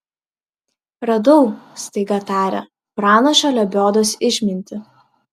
radau staiga tarė pranašo lebiodos išmintį